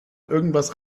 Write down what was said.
irgendetwas